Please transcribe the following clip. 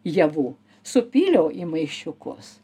javų supyliau į maišiukus